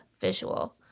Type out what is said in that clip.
visual